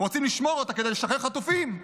רוצים לשמור אותה כדי לשחרר חטופים,